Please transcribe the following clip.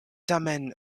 tamen